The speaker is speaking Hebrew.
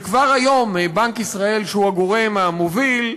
וכבר היום בנק ישראל, שהוא הגורם המוביל,